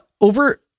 over